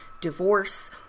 divorce